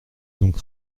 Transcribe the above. donc